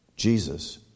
Jesus